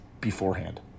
beforehand